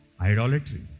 idolatry